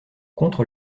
contre